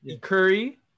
Curry